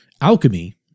alchemy